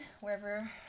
wherever